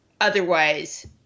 Otherwise